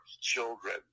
children